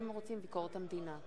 ביקורת המדינה.